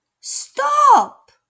stop